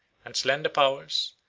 and slender powers,